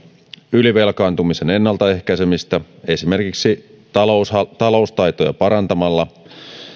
ylivelkaantumisen ennaltaehkäisemistä esimerkiksi taloustaitoja parantamalla